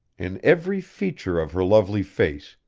in every feature of her lovely face,